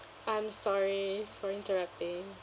I'm sorry for interrupting